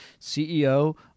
CEO